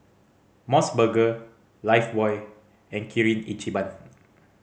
Mos Burger Lifebuoy and Kirin Ichiban